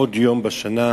עוד יום בשנה,